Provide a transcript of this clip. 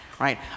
right